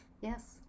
Yes